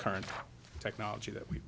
current technology that we